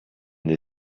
they